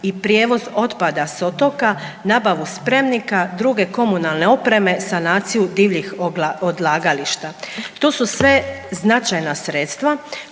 i prijevoz otpada s otoka, nabavu spremnika, druge komunalne opreme, sanaciju divljih odlagališta. To su sve značajna sredstva